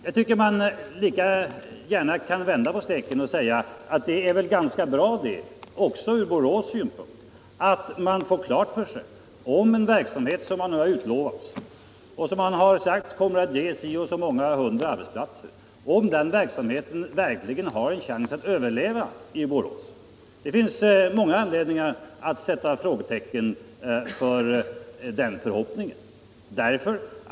Man kan lika gärna vända på steken och säga att det är ganska bra också från Borås synpunkt att det klargörs om en utlovad verksamhet, som man har sagt kommer att ge så och så många hundra arbetsplatser, verkligen har en chans att överleva i Borås. Det finns många anledningar att sätta ett frågetecken för den förhoppningen.